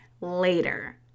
later